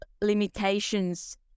limitations